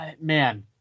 man